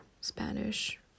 Spanish